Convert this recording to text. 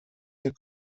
der